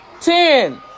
Ten